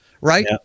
right